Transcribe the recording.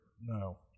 No